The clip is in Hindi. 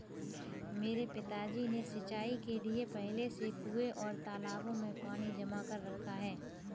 मेरे पिताजी ने सिंचाई के लिए पहले से कुंए और तालाबों में पानी जमा कर रखा है